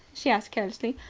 she asked carelessly,